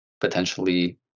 potentially